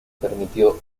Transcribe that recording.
permitió